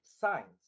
science